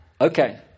Okay